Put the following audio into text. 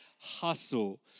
Hustle